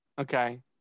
Okay